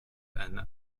and